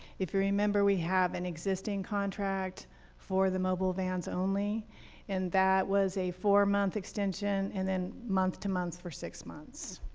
if you remember we have an existing contract for the mobile vans only and that was a four month extension and then month to month for six months.